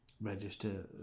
register